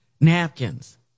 napkins